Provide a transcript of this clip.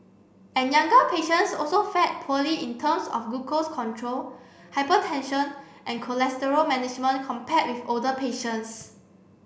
and younger patients also fared poorly in terms of glucose control hypertension and cholesterol management compared with older patients